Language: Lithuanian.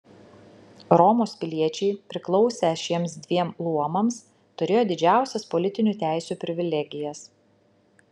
romos piliečiai priklausę šiems dviem luomams turėjo didžiausias politiniu teisių privilegijas